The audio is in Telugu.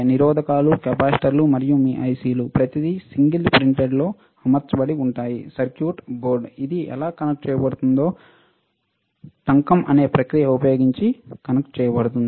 నిరోధకాలు కెపాసిటర్లు మరియు మీ ఐసిలు ప్రతిదీ సింగిల్ ప్రింటెడ్లో అమర్చబడి ఉంటాయి సర్క్యూట్ బోర్డ్ ఇది ఎలా కనెక్ట్ చేయబడిందో టంకం అనే ప్రక్రియను ఉపయోగించి కనెక్ట్ చేయబడింది